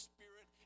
Spirit